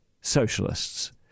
socialists